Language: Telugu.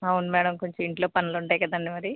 అవును మేడం కొంచెం ఇంట్లో పనులుంటాయి కదండి మరి